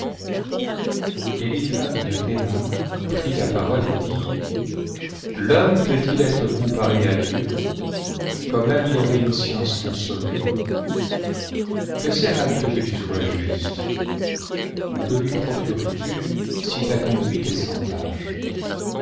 eliphaz de théraau prit la parole et dit l'homme peut-il être comparé à dieu quand même il aurait une science consommée que sert à dieu que tu sois juste ou que lui procures-tu si ta conduite est bans tache